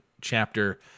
chapter